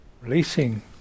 releasing